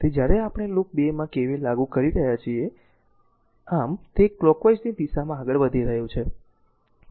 તેથી જ્યારે આપણે લૂપ 2 માં KVL લાગુ કરી રહ્યા છીએ આમ તે કલોકવાઈઝની દિશામાં આગળ વધી રહ્યું છે